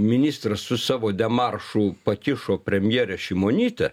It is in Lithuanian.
ministras su savo demaršu pakišo premjerę šimonytę